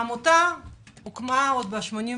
העמותה הוקמה ב-88,